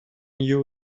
you